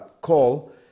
call